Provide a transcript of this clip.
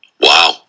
Wow